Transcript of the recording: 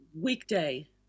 weekday